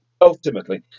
Ultimately